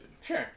Sure